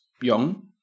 young